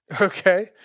Okay